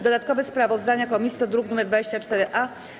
Dodatkowe sprawozdania komisji to druk nr 24-A.